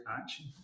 action